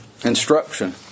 instruction